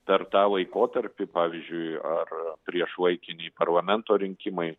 per tą laikotarpį pavyzdžiui ar priešlaikiniai parlamento rinkimai